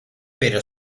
pero